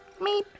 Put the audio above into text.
Meep